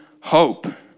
hope